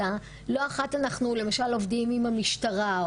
אלא לא אחת אנחנו למשל עובדים עם המשטרה,